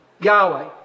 Yahweh